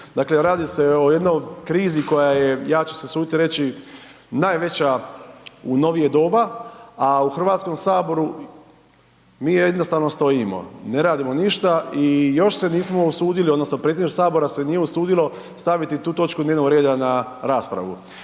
Dakle, radi se o jednoj krizi koja je ja ću se usuditi reći najveća u novije doba, a u Hrvatskom saboru mi jednostavno stojimo ne radimo ništa i još se nismo usudili odnosno Predsjedništvo sabora se nije usudio staviti tu točku dnevnog reda na raspravu.